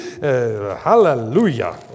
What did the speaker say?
hallelujah